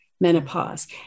menopause